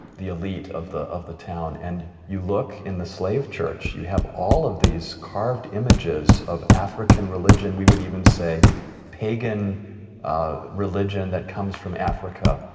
the elite of the of the town. and you look in the slave church, you have all of these carved images of african religion. we would even say pagan religion that comes from africa.